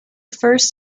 first